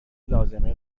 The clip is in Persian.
لازمه